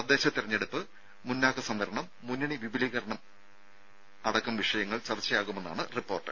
തദ്ദേശ തെരഞ്ഞെടുപ്പ് മുന്നാക്ക സംവരണം മുന്നണി വിപുലീകരണം ഉൾപ്പെടെ വിഷയങ്ങൾ ചർച്ചയാകുമെന്നാണ് റിപ്പോർട്ട്